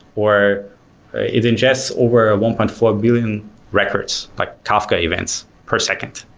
or it ingests over one point four billion records, like kafka events per second.